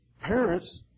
parents